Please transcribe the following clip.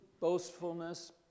boastfulness